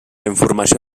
informació